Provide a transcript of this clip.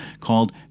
called